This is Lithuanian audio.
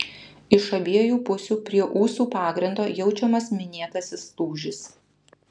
iš abiejų pusių prie ūsų pagrindo jaučiamas minėtasis lūžis